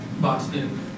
Boston